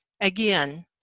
Again